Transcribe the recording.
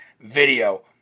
video